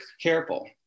careful